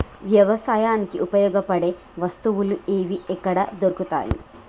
వ్యవసాయానికి ఉపయోగపడే వస్తువులు ఏవి ఎక్కడ దొరుకుతాయి?